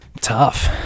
Tough